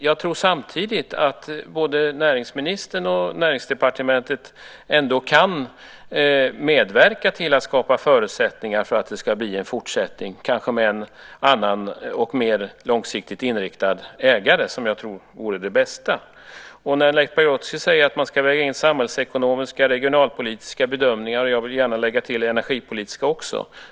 Jag tror samtidigt att både näringsministern och Näringsdepartementet ändå kan medverka till att skapa förutsättningar för att det ska bli en fortsättning, kanske med en annan och mer långsiktigt inriktad ägare, som jag tror vore det bästa. Leif Pagrotsky säger att man ska väga in samhällsekonomiska och regionalpolitiska bedömningar. Jag vill gärna lägga till energipolitiska också.